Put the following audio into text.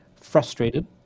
frustrated